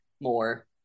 more